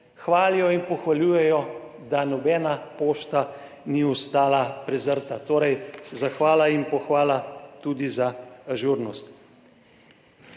hvalijo in pohvaljujejo, da nobena pošta ni ostala prezrta. Torej zahvala in pohvala tudi za ažurnost.